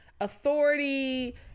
Authority